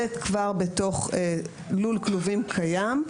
זה כבר בתוך לול כלובים קיים,